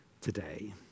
today